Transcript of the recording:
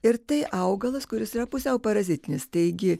ir tai augalas kuris yra pusiau parazitinis taigi